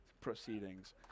proceedings